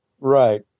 Right